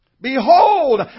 Behold